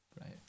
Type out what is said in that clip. Right